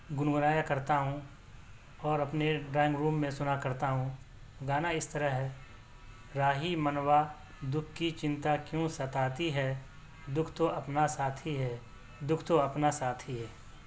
گنگنایا کرتا ہوں اور اپنے ڈرائنگ روم میں سنا کرتا ہوں گانا اس طرح ہے راہی منوا دُکھ کی چنتا کیوں ستاتی ہے دُکھ تو اپنا ساتھی ہے دکھ تو اپنا ساتھی ہے